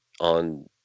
on